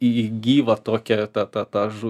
į gyvą tokią tą tą tą žuvį